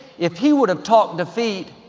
if he would've talked defeat,